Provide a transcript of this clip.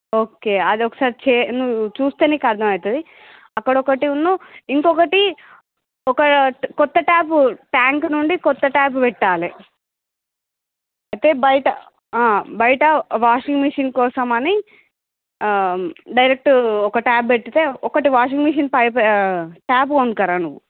okay అది ఒకసారి చే నువ్వు చూస్తే నీకు అర్ధమవుతుంది అక్కడ ఒకటీనూ ఇంకొకటి ఒక కొత్త ట్యాప్ ట్యాంక్ నుండి కొత్త ట్యాప్ పెట్టాలి అయితే బయట బయట వాషింగ్ మిషన్ కోసమని డైరెక్ట్ ఒక ట్యాప్ పెట్టితే ఒకటి వాషింగ్ మిషన్ పైప్ ట్యాప్ కొనుక్కురా నువ్వు